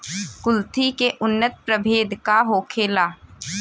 कुलथी के उन्नत प्रभेद का होखेला?